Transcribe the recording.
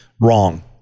wrong